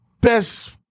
best